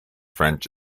french